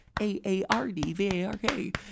A-A-R-D-V-A-R-K